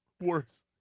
worse